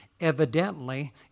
evidently